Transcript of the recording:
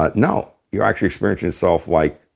but no. you're actually experiencing yourself like.